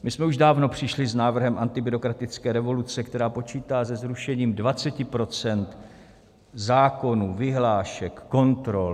My jsme už dávno přišli s návrhem antibyrokratické revoluce, která počítá se zrušením 20 % zákonů, vyhlášek, kontrol.